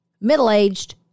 middle-aged